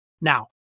Now